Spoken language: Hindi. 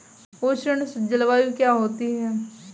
उष्ण जलवायु क्या होती है?